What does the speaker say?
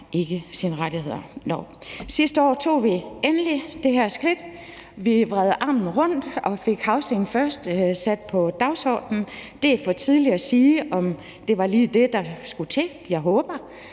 ikke sine rettigheder. Sidste år tog vi endelig det her skridt. Vi vred armen rundt og fik housing first sat på dagsordenen. Det er for tidligt at sige, om det lige var det, der skulle til, jeg håber